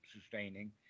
sustaining